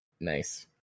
Nice